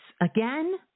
again